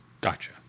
Gotcha